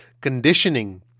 conditioning